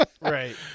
Right